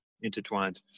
intertwined